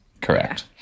Correct